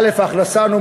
א.